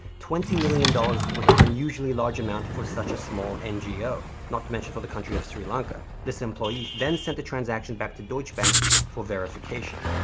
twenty million dollars was an unusually large amount for such a small ngo, not to mention for the country of sri lanka. this employee then sent the transaction back to deutsche bank for verification.